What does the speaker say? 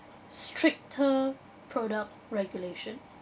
stricter product regulation